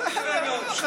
יפה מאוד.